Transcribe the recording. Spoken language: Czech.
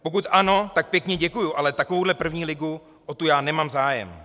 Pokud ano, tak pěkně děkuji, ale takovouhle první ligu, o tu já nemám zájem!